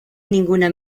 ninguna